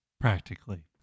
practically